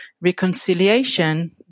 reconciliation